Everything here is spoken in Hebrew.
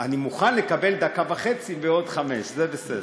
אני מוכן לקבל דקה וחצי ועוד חמש, זה בסדר.